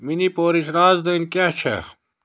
money پوٗرِچ راز دٲنۍ کیٛاہ چھِ